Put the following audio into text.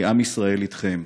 כי עם ישראל איתכם.